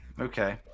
Okay